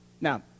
Now